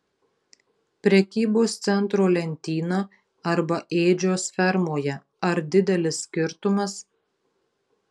prekybos centro lentyna arba ėdžios fermoje ar didelis skirtumas